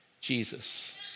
Jesus